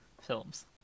Films